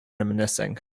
reminiscing